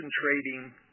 concentrating